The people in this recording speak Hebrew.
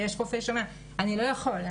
ויש רופא שאומר: אני לא יכול.